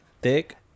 thick